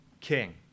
King